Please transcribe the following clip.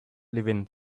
living